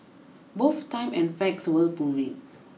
both time and facts will prove it